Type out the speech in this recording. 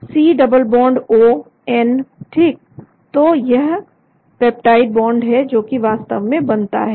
C double bond O N ठीक तो वह पेप्टाइड बॉन्ड है जो कि वास्तव में बनता है